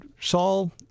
Saul